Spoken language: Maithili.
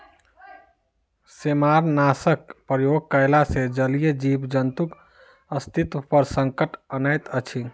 सेमारनाशकक प्रयोग कयला सॅ जलीय जीव जन्तुक अस्तित्व पर संकट अनैत अछि